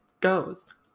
goes